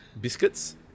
biscuits